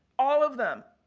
all of them,